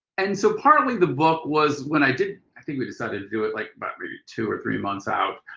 and so partly the book was, when i did i think we decided to do it like about maybe two or three months out.